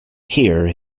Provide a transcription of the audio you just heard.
here